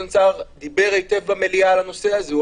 סער דיבר היטב במליאה על הנושא הזה.